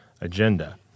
agenda